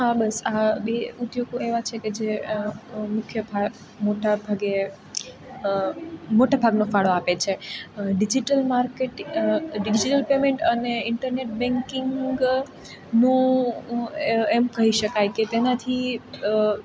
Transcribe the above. હા બસ આ બે ઉદ્યોગો એવા છે કે જે મુખ્ય મોટા ભાગે મોટા ભાગનો ફાળો આપે છે ડિજિટલ માર્કેટ પેમેન્ટ અને ઇન્ટરનેટ બેન્કિંગનો એમ કહી શકાય કે તેનાથી